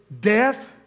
Death